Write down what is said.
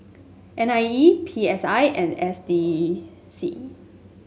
N I E P S I and S D C